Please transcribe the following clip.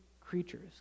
creatures